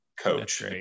coach